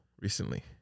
recently